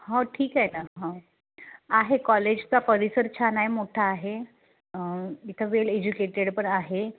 हो ठीक आहे ना ह आहे कॉलेजचा परिसर छान आहे मोठा आहे इथं वेल एज्युकेटेड पण आहे